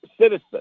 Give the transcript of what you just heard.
citizen